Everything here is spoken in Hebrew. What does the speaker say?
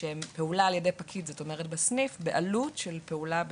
על-ידי פקיד בסניף בעלות של פעולה בדיגיטל.